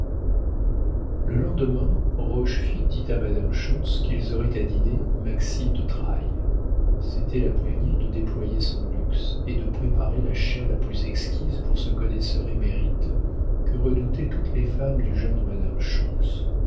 le lendemain rochefide dit à madame schontz qu'ils auraient à dîner maxime de trailles c'était la prévenir de déployer son luxe et de préparer la chère la plus exquise pour ce connaisseur émérite que redoutaient toutes les femmes du genre de madame